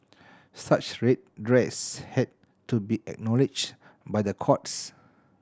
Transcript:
such redress had to be acknowledged by the courts